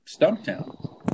Stumptown